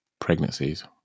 pregnancies